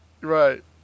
Right